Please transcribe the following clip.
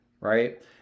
Right